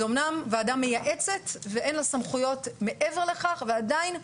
זו אמנם ועדה מייעצת ואין לה סמכויות מעבר לכך אבל עדין,